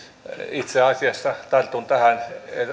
itse asiassa tartun tähän